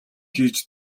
хийж